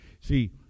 See